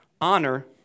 Honor